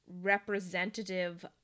Representative